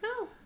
No